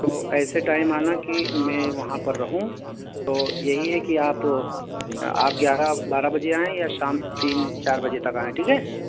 تو ایسے ٹائم آنا کہ میں وہاں پر رہوں تو یہی ہے کہ آپ آپ گیارہ بارہ بجے آئیں یا شام تین چار بجے تک آئیں ٹھیک ہے